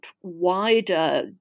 wider